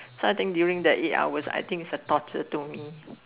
so I think during that eight hour I think it is a torture to me